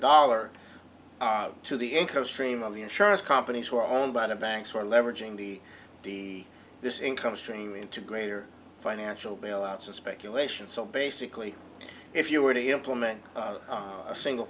dollar to the income stream of the insurance companies who are owned by the banks who are leveraging the the this income stream into greater financial bailouts and speculation so basically if you were to implement a single